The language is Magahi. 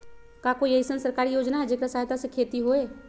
का कोई अईसन सरकारी योजना है जेकरा सहायता से खेती होय?